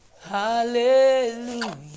hallelujah